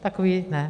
Takový ne.